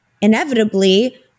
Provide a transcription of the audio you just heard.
inevitably